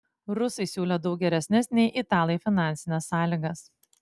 rusai siūlė daug geresnes nei italai finansines sąlygas